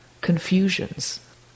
Confusions